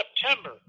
September